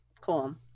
Cool